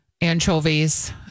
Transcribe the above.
anchovies